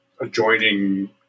adjoining